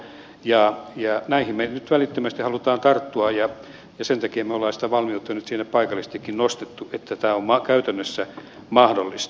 ja näihin me nyt välittömästi haluamme tarttua ja sen takia me olemme sitä valmiutta nyt siellä paikallisestikin nostaneet että tämä on käytännössä mahdollista